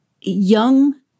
Young